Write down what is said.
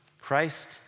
Christ